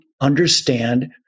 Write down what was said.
understand